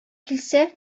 килсә